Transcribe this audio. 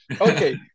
okay